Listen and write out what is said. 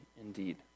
indeed